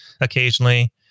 occasionally